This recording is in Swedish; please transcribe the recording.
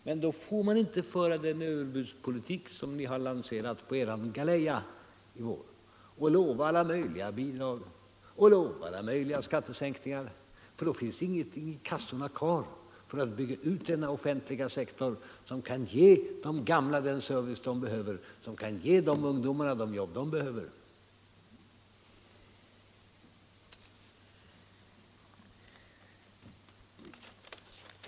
Men då får man inte föra en överbudspolitik som ni har lanserat på er galeja i vår och lova alla möjliga bidrag och alla möjliga skattesänkningar, för då finns det ingenting kvar i kassorna för att bygga ut den offentliga sektorn, som kan ge de gamla den vård de behöver och som kan ge ungdomarna de jobb som de behöver.